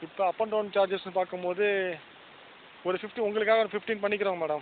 இப்போ up and down சார்ஜஸ்ன்னு பார்க்கும்போது ஒரு ஃபிஃப்டி உங்களுக்காக ஒரு ஃபிஃப்டின் பண்ணிக்குறோங்க மேடம்